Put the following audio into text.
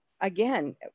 again